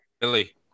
Billy